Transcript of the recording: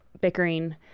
bickering